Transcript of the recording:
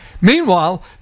Meanwhile